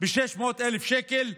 ב-600,000 שקלים?